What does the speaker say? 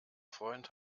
freund